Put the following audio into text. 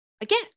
again